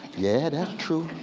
yeah that's true.